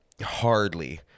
hardly